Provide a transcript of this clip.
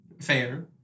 Fair